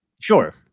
sure